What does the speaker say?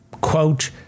quote